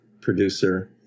producer